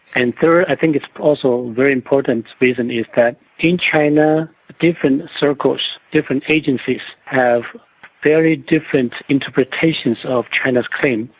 and third, i think it's also very important reason is that in china the different circles, different agencies, have very different interpretations of china's claim,